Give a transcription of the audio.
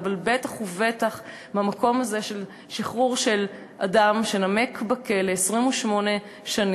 אבל בטח ובטח מהמקום הזה של שחרור של אדם שנמק בכלא 28 שנים.